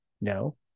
No